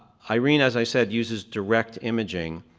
irene, as i said, uses direct imaging,